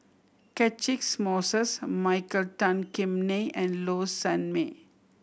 Catchick Moses Michael Tan Kim Nei and Low Sanmay